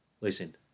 Listen